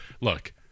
look